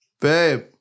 Babe